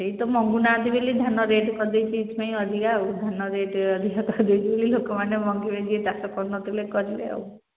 କେହି ତ ମଙ୍ଗୁ ନାହାନ୍ତି ବୋଲି ଧାନ ରେଟ୍ କରିଦେଇଛି ଏଥିପାଇଁ ଅଧିକା ଆଉ ଧାନ ରେଟ୍ ଅଧିକା କରିଦେଇ ବୋଲି ଲୋକମାନେ ମଙ୍ଗିବେ ଯିଏ ଚାଷ କରନୁଥିଲେ କରିବେ ଆଉ